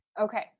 Okay